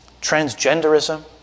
Transgenderism